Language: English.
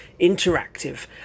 interactive